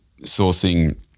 sourcing